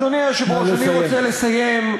אדוני היושב-ראש, אני רוצה לסיים.